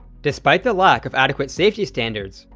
despite the lack of adequate safety standards,